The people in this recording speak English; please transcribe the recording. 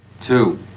two